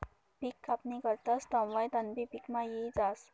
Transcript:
पिक कापणी करतस तवंय तणबी पिकमा यी जास